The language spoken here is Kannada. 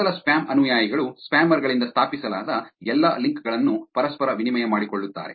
ಮೊದಲ ಸ್ಪ್ಯಾಮ್ ಅನುಯಾಯಿಗಳು ಸ್ಪ್ಯಾಮರ್ ಗಳಿಂದ ಸ್ಥಾಪಿಸಲಾದ ಎಲ್ಲಾ ಲಿಂಕ್ ಗಳನ್ನು ಪರಸ್ಪರ ವಿನಿಮಯ ಮಾಡಿಕೊಳ್ಳುತ್ತಾರೆ